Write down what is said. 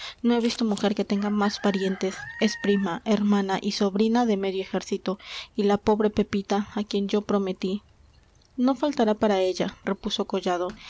no he visto mujer que tenga más parientes es prima hermana y sobrina de medio ejército y la pobre pepita a quien yo prometí no faltará para ella repuso collado